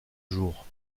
jour